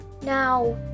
Now